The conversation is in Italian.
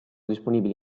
disponibili